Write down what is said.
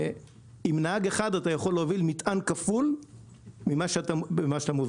עם נהג אחד אתה יכול להוביל מטען כפול לעומת מה שאתה מוביל,